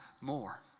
more